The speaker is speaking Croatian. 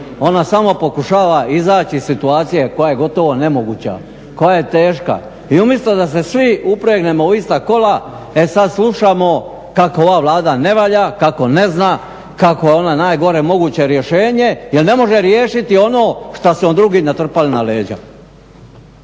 ona samo pokušava izaći iz situacije koja je gotovo nemoguća, koja je teška i umjesto da se svi upregnemo u ista kola e sad slušamo kako ova Vlada ne valja, kako ne zna, kako je ona najgore moguće rješenje jer ne može riješiti ono što su joj drugi natrpali na leđa.